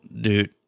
dude